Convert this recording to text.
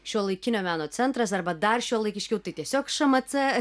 šiuolaikinio meno centras arba dar šiuolaikiškiau tai tiesiog šmc